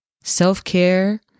self-care